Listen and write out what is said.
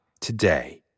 today